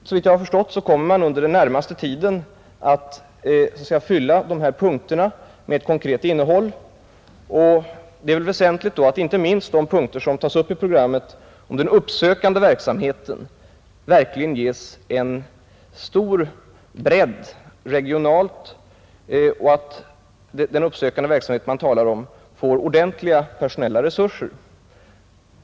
Såvitt jag förstått kommer man under den närmaste tiden att fylla dessa punkter med ett konkret innehåll, och det är väl väsentligt då att inte minst vad som sägs i programmet om den uppsökande verksamheten verkligen ges en stor regional bredd och att den uppsökande verksamhet man talar om får ordentliga personella resurser.